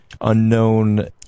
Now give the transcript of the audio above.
unknown